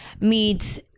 meets